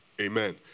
Amen